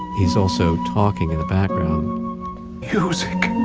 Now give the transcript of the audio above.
he's also talking in the background music,